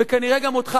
וכנראה גם אותך,